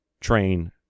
train